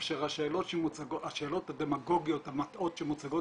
כאשר השאלות הדמגוגיות המטעות שמוצגות